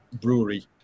brewery